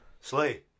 Slay